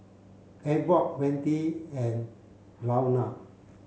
Ewart Wende and Luana